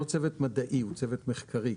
הוא לא צוות מדעי, הוא צוות מחקרי.